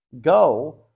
Go